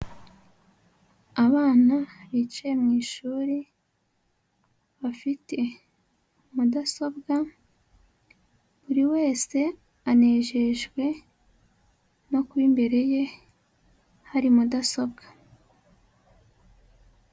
Abana bicaye mu ishuri bafite mudasobwa, buri wese anejejwe no kuba imbere ye hari mudasobwa.